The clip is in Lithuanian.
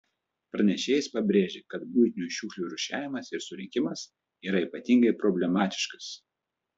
pranešėjas pabrėžė kad buitinių šiukšlių rūšiavimas ir surinkimas yra ypatingai problematiškas